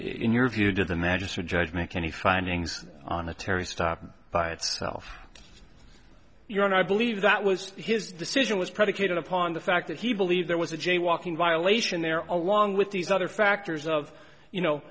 interview did the magistrate judge make any findings on a terry stop by itself your honor i believe that was his decision was predicated upon the fact that he believed there was a jaywalking violation there all along with these other factors of you know